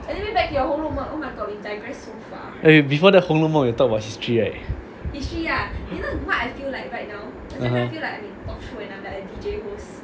eh before the 红楼梦 we talk history right (uh huh)